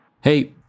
Hey